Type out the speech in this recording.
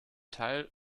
teil